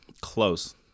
close